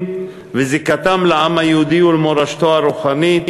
וזיקתם לעם היהודי ולמורשתו הרוחנית,